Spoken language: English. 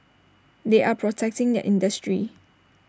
they are protecting their industry